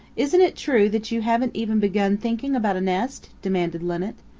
isn't it true that you haven't even begun thinking about a nest? demanded linnet.